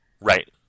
Right